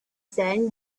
sand